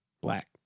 Black